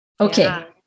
okay